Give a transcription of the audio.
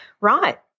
right